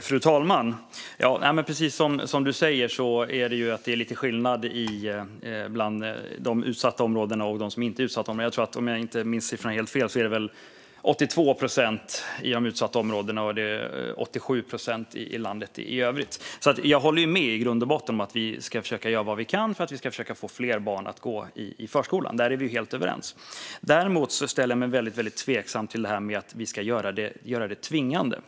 Fru talman! Precis som Roger Haddad säger är det lite skillnad mellan de utsatta områdena och dem som inte är utsatta. Om jag inte minns helt fel är det 82 procent i de utsatta områden och 87 procent i landet i övrigt. Jag håller med i grund och botten om att vi ska göra vad vi kan för att försöka få fler barn att gå i förskolan; där är vi helt överens. Däremot ställer jag mig väldigt tveksam till att vi ska göra det tvingande.